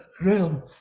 realm